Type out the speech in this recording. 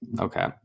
Okay